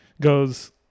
goes